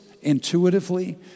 intuitively